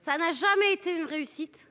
ça n'a jamais été une réussite.